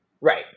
Right